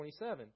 27